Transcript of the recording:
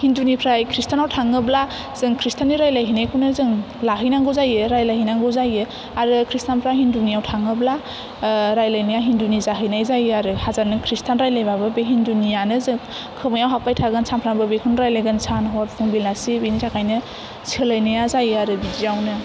हिन्दुनिफ्राय खृष्टानाव थाङोब्ला जों खृष्टाननि रायलायहैनायखौनो जों लाहैनांगौ जायो रायलायहैनांगौ जायो आरो खृष्टानफ्रा हिन्दुनियाव थाङोब्ला रायलायनाया हिन्दुनि जाहैनाय जायो आरो हाजार नों खृष्टान रायलायबाबो बे हिन्दुनियानो खोमायाव हाबबाय थागोन सानफ्रोमबो बेखौनो रायलायगोन सान हर फुं बेलासि बेनि थाखायनो सोलायनाया जायो आरो बिदियावनो